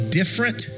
different